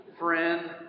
friend